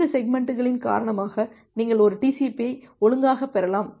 இந்த செக்மெண்ட்களின் காரணமாக நீங்கள் ஒரு TCPயை ஒழுங்காகப் பெறலாம்